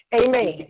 amen